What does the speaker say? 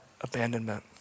abandonment